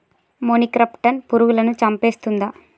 మొనిక్రప్టస్ పురుగులను చంపేస్తుందా?